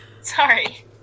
Sorry